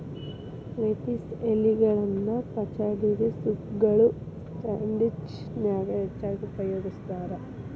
lettuce ಎಲಿಗಳನ್ನ ಪಚಡಿಗೆ, ಸೂಪ್ಗಳು, ಸ್ಯಾಂಡ್ವಿಚ್ ನ್ಯಾಗ ಹೆಚ್ಚಾಗಿ ಉಪಯೋಗಸ್ತಾರ